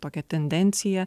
tokią tendenciją